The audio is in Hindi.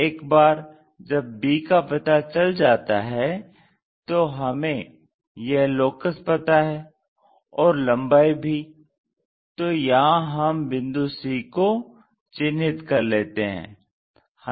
एक बार जब b का पता चल जाता है तो हमें यह लोकस पता है और लम्बाई भी तो यहां हम बिंदु c को चिन्हित कर लेते हैं